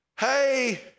Hey